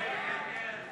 הצעת סיעות